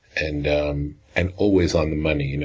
and um and always on the money. you know